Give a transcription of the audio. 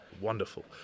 wonderful